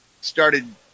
started